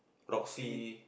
Oxley